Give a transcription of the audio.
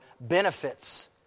benefits